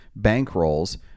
bankrolls